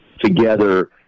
together